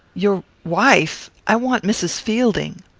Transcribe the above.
your wife! i want mrs. fielding.